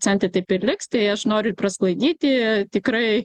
centai taip ir liks tai aš noriu prasklaidyti tikrai